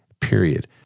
period